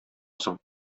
соң